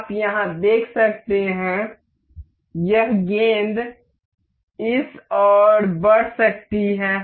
आप यहां देख सकते हैं यह गेंद इस ओर बढ़ सकती है